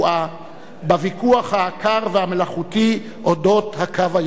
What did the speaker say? בוויכוח העקר והמלאכותי על אודות "הקו הירוק".